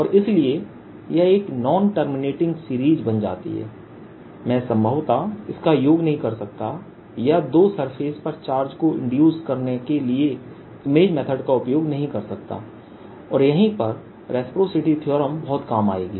और इसलिए यह एक नॉन टर्मिनेटिंग सीरीज बन जाती है मैं संभवतः इसका योग नहीं कर सकता या दो सरफेस पर चार्ज को इंड्यूस करने के लिए इमेज मेथड का उपयोग नहीं कर सकता और यहीं पर रेसप्रासिटी थीअरम बहुत काम आएगी